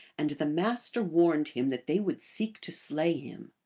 and the master warned him that they would seek to slay him.